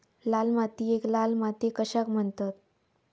लाल मातीयेक लाल माती कशाक म्हणतत?